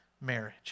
marriage